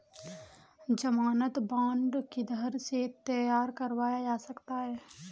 ज़मानत बॉन्ड किधर से तैयार करवाया जा सकता है?